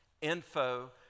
info